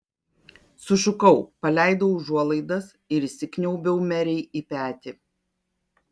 sušukau paleidau užuolaidas ir įsikniaubiau merei į petį